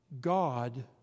God